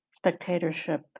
Spectatorship